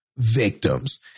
Victims